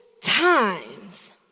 times